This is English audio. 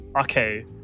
okay